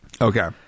Okay